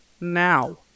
now